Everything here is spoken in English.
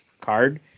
card